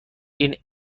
این